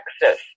Texas